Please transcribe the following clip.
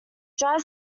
dry